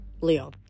Leo